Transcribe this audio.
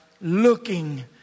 Looking